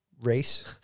race